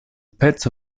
pezzo